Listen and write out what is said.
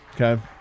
Okay